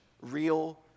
real